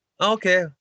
Okay